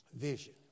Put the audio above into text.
vision